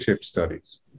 Studies